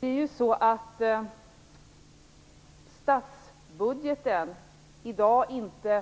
Herr talman! Statsbudgeten medger ju i dag inte